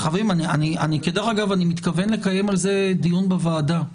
חברים, אני מתכוון לקיים על זה דיון בוועדה.